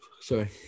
Sorry